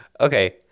okay